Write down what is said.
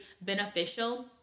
beneficial